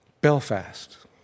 Belfast